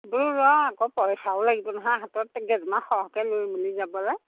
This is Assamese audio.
বোলো ৰ আকৌ পইচাও লাগিব নহয় হাতত গেজমা সহকে লৈ মেলি যাবলৈ